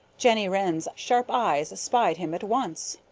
jenny wren's sharp eyes spied him at once.